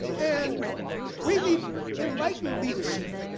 and we need enlightened leadership,